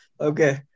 Okay